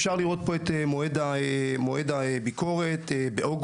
(הצגת מצגת) אפשר לראות את מועד הביקורת באוגוסט.